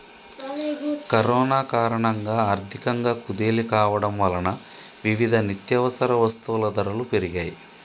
corona కారణంగా ఆర్థికంగా కుదేలు కావడం వలన వివిధ నిత్యవసర వస్తువుల ధరలు పెరిగాయ్